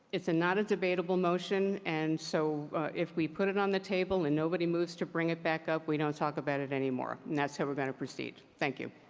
it's not a debatable motion, and so if we put it on the table and nobody moves to bring it back up, we don't talk about it anymore and that's how we're going to proceed. thank you.